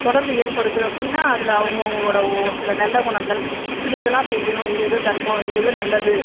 தொடர்பு ஏற்படுது அப்படின்னா அதில் அவங்கவுங்களோட ஓ சில நல்ல குணங்கள் இது இதுலாம் செய்யணும் இது இது தர்மம் இது இது நல்லது